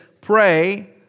pray